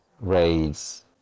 raids